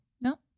No